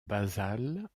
basales